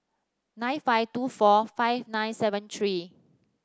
nine five two four five nine seven three